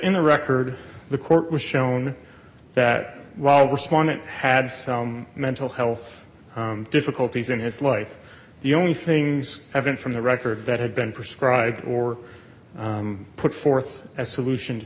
in the record the court was shown that was one it had some mental health difficulties in his life the only things have been from the record that had been prescribed or put forth as solutions